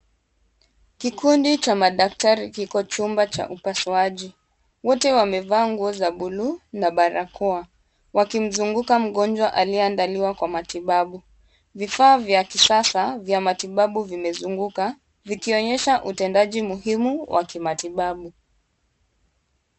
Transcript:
Kikundi cha madaktari kiko chumba cha upasuaji. Wote wamevaa nguo za bluu na barakoa wakimzunguka mgonjwa aliyeandaliwa kwa matibabu. Vifaa vya kisasa vya matibabu vimezunguka vikionyesha utendaji muhimu wa kimatibabu.